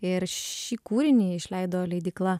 ir šį kūrinį išleido leidykla